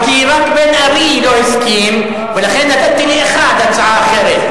כי רק בן-ארי לא הסכים, לכן נתתי לאחד הצעה אחרת.